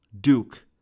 Duke